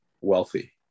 wealthy